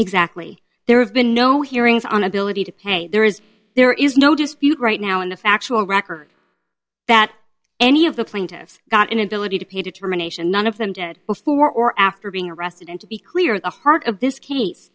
exactly there have been no hearings on ability to pay there is there is no dispute right now in the factual record that any of the plaintiffs got inability to pay to termination one of them did before or after being arrested and to be clear the heart of this case